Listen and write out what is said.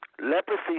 Leprosy